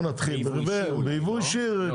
ביבוא אישי.